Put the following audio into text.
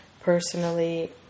Personally